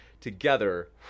together